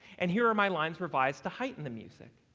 and here are my lines revised to heighten the music.